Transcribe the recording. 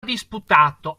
disputato